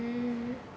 mm